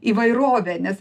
įvairovę nes